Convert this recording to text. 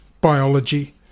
biology